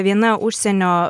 viena užsienio